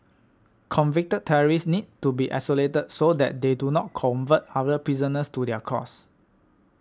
convicted terrorists need to be isolated so that they do not convert other prisoners to their cause